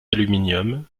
aluminium